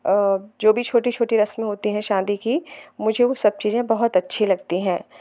जो भी छोटी छोटी रस्में होती हैं शादी की मुझे वो सब चीज़ें बहुत अच्छी लगती हैं